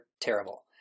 terrible